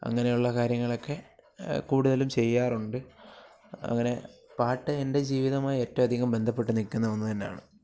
അങ്ങനെയുള്ള കാര്യങ്ങളൊക്കെ കൂടുതലും ചെയ്യാറുണ്ട് അങ്ങനെ പാട്ട് എൻ്റെ ജീവിതവുമായി ഏറ്റവുമധികം ബന്ധപ്പെട്ട് നിൽക്കുന്ന ഒന്ന് തന്നെയാണ്